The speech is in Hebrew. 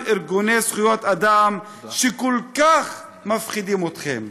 ארגוני זכויות אדם שכל כך מפחידים אתכם.